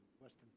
western